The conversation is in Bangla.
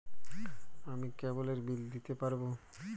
আমি কেবলের বিল দিতে পারবো?